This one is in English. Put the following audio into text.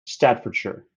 staffordshire